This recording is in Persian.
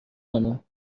خانم